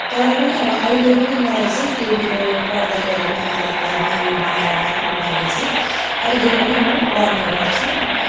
तर पनि अब अहिले पनि मलाई चाहिँ त्यो मेरो पढ्दै गरेको आदतलाई बानी बनाएर राख्नुको लागि चाहिँ अहिले पनि म पढ्ने गर्छु